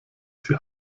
sie